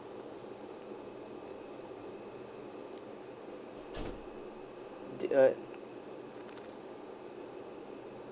did uh